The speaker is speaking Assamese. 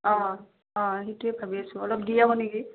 অঁ অঁ সেইটোৱে ভাবি আছোঁ অলপ দি আহো নেকি